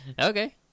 Okay